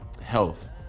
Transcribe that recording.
health